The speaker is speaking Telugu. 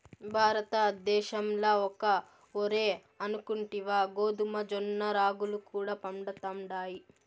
భారతద్దేశంల ఒక్క ఒరే అనుకుంటివా గోధుమ, జొన్న, రాగులు కూడా పండతండాయి